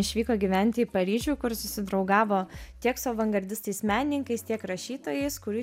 išvyko gyventi į paryžių kur susidraugavo tiek su avangardistais menininkais tiek rašytojais kurių